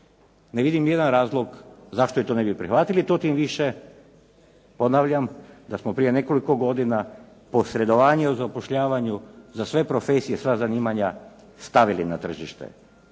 ne vidim ni jedan razlog zašto to ne bi prihvatili to tim više ponavljam da smo prije nekoliko godina posredovanje o zapošljavanju za sve profesije, sva zanimanja stavili na tržište.